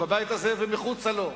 בבית הזה ומחוצה לו,